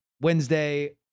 Wednesday